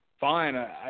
fine